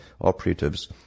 operatives